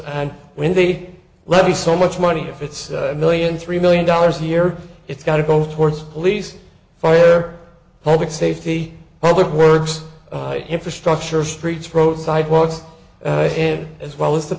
and when they let me so much money if it's a million three million dollars a year it's got to go towards police fire public safety i would words infrastructure streets road sidewalks in as well as the